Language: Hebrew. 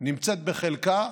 נמצאת בחלקה